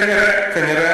כנראה, כנראה.